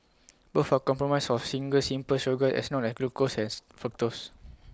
both are compromised of single simple sugars as known as glucose as fructose